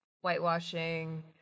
whitewashing